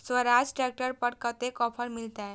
Swaraj tractor पर कतेक offer मिलते?